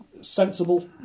sensible